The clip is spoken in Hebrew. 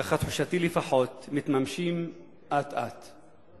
ככה תחושתי, לפחות, מתממשים אט אט.